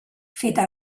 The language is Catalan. feta